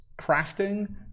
Crafting